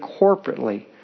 corporately